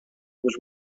was